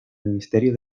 ministerio